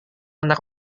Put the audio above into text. anak